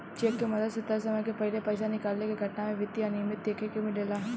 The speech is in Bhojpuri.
चेक के मदद से तय समय के पाहिले पइसा निकाले के घटना में वित्तीय अनिमियता देखे के मिलेला